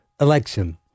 election